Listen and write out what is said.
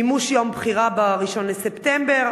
מימוש יום בחירה ב-1 בספטמבר,